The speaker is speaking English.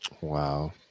Wow